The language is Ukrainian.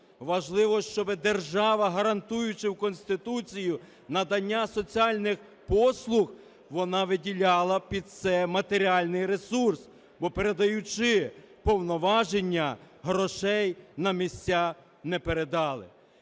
Важливо, щоб держава, гарантуючи в Конституції надання соціальних послуг, вона виділяла під це матеріальний ресурс, бо передаючи повноваження, грошей на місця не передали.